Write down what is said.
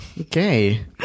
okay